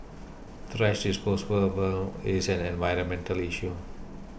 thrash is an environmental issue